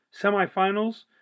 semifinals